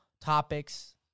topics